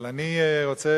אבל אני רוצה